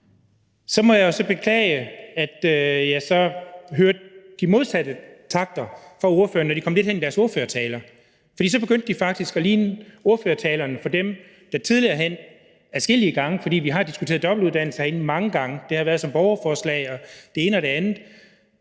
Så må jeg jo så beklage, at jeg så hørte modsatrettede takter fra ordførernes side, når de kom lidt hen i deres ordførertaler, for så begyndte de faktisk at ligne ordførertalerne fra de tidligere gange, for vi har jo diskuteret dobbeltuddannelser herinde mange gange, og det har været i form af borgerforslag og det ene og det andet.